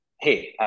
hey